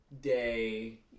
day